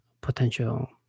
potential